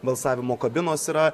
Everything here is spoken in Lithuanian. balsavimo kabinos yra